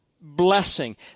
blessing